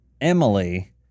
Emily